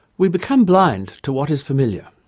we become blind to what is familiar.